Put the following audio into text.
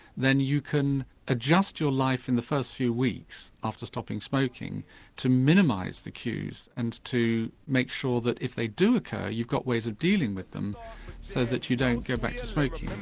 then you can adjust your life in the first few weeks after stopping smoking to minimise the cues and to make sure that if they do occur you've got ways of dealing with them so that you don't go back to smoking.